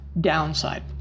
downside